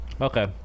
Okay